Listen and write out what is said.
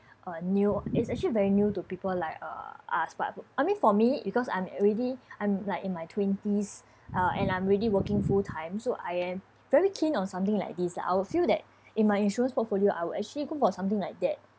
uh new it's actually very new to people like uh us but I mean for me because I'm already I'm like in my twenties uh and I'm already working full time so I am very keen on something like this lah I would feel that in my insurance portfolio I will actually go for something like that